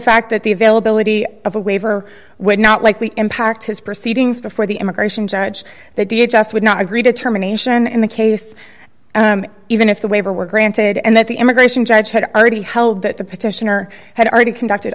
fact that the availability of a waiver would not likely impact his proceedings before the immigration judge they did just would not agree determination in the case and even if the waiver were granted and that the immigration judge had already held that the petitioner had already conducted